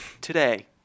today